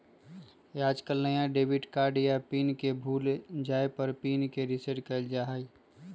आजकल नया debit card या पिन के भूल जाये पर ही पिन के रेसेट कइल जाहई